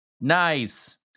Nice